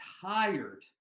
tired